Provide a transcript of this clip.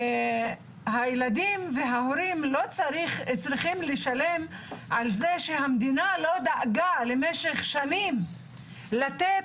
והילדים וההורים לא צריכים לשלם על זה שהמדינה לא דאגה במשך שנים לתת